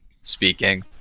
speaking